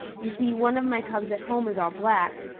you see, one of my cubs at home is all black.